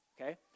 Okay